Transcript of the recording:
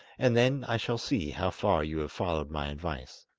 and then i shall see how far you have followed my advice.